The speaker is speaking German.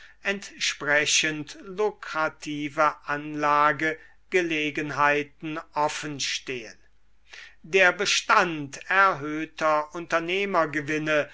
entsprechend lukrative anlagegelegenheiten offen stehen der bestand erhöhter